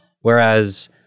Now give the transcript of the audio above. Whereas